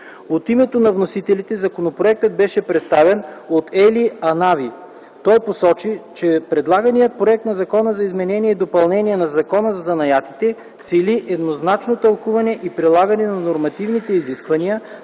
От името на вносителите законопроектът беше представен от Ели Анави. Той посочи, че предлаганият проект на Закона за изменение и допълнение на Закона за занаятите цели еднозначно тълкуване и прилагане на нормативните изисквания,